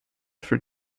for